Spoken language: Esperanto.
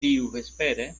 tiuvespere